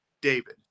David